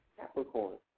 Capricorn